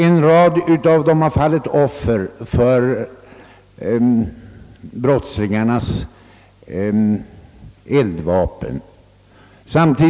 En rad polismän har fallit offer för brottslingarnas eldvapen.